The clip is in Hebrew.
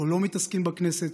או לא מתעסקים בכנסת,